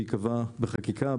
שייקבע בחקיקה,